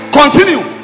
continue